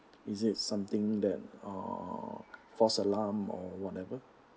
is it something that uh false alarm or whatever